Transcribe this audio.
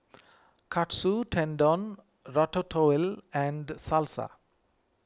Katsu Tendon Ratatouille and Salsa